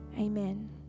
Amen